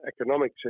economic